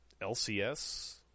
lcs